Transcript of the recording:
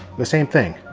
the same thing.